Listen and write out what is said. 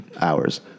hours